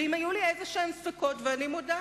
ואם היו לי ספקות כלשהם, אני מודה,